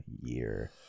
year